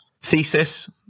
thesis